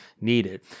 needed